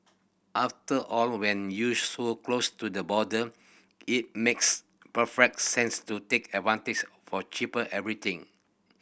after all when you so close to the border it makes perfect sense to take advantage for cheaper everything